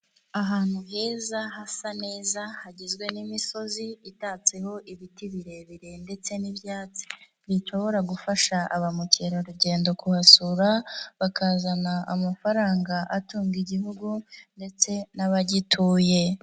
Ahantu heza hasa neza hagizwe n'imisozi itatseho ibiti birebire ndetse n'ibyatsi, bishobora gufasha abamukerarugendo kuhasura, bakazana amafaranga atunga igihugu ndetse n'abagituye.